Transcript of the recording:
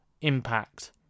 impact